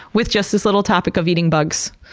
with just this little topic of eating bugs.